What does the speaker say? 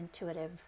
intuitive